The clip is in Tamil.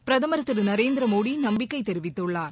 பிரதமர் திரு நரேந்திர மோடி நம்பிக்கை தெரிவித்தார்